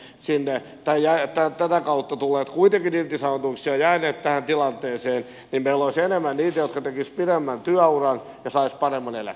siinä pärjää että tätä kautta tulleet kuitenkin irtisanotuiksi ja jääneet tähän tilanteeseen niin meillä olisi enemmän niitä jotka tekisivät pidemmän työuran ja saisivat paremman eläkkeen